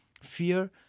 fear